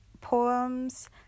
poems